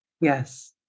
yes